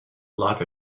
life